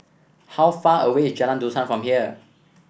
how far away is Jalan Dusan from here